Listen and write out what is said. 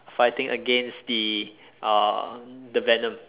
fighting against the uh the venom